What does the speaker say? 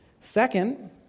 second